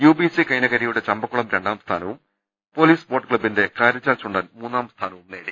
UBC കൈനകരിയുടെ ചമ്പക്കുളം രണ്ടാം സ്ഥാനവും പോലീസ് ബോട്ട് ക്ലബ്ബിന്റെ കാരിച്ചാൽ ചുണ്ടൻ മൂന്നാം സ്ഥാനവും നേടി